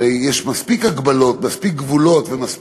הרי יש מספיק הגבלות, מספיק